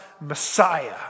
Messiah